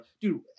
dude